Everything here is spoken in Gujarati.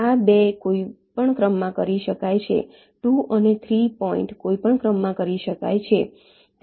આ 2 કોઈપણ ક્રમમાં કરી શકાય છે 2 અને 3 પોઈન્ટ કોઈપણ ક્રમમાં કરી શકાય છે